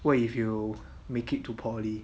what if you make it to poly